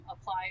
apply